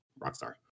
Rockstar